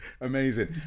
amazing